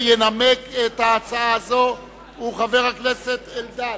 רבותי חברי הכנסת,